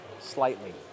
Slightly